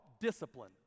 Discipline